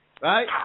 right